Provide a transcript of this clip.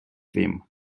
theme